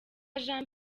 jean